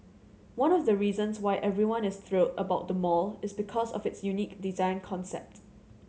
one of the reasons why everyone is thrilled about the mall is because of its unique design concept